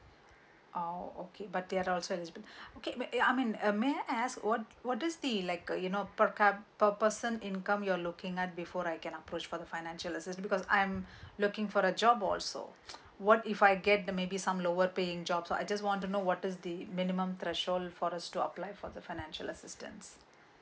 oh okay but there also has been okay uh ya I mean may I ask what what is the uh you know per~ ca~ per person income you're looking I before I can approach for the financial assistance because I'm looking for a job also what if I get maybe some lower paying job so I just want to know what is the minimum threshold for us to apply for the financial assistance